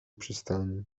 przystani